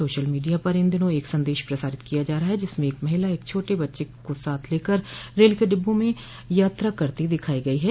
social media पर इन दिनों एक संदेश प्रचारित किया जा रहा है जिसमें एक महिला एक छोटे बच्चे को साथ लेकर रेल के डिब्बों में यात्रा करती दिखाई गई है